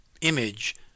image